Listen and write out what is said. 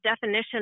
definition